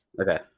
Okay